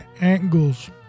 angles